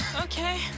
Okay